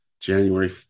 January